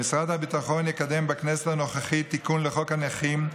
שמשרד הביטחון יקדם בכנסת הנוכחית תיקון לחוק הנכים,